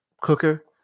cooker